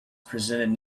presented